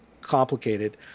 complicated